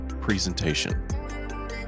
presentation